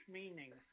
meaning